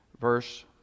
verse